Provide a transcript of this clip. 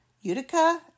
Utica